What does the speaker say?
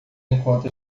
enquanto